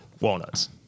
walnuts